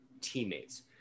teammates